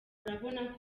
urabona